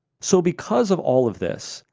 so because of all of this,